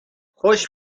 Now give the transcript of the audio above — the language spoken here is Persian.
خوش